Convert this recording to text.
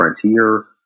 frontier